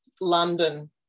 London